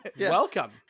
Welcome